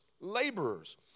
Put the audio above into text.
laborers